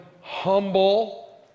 humble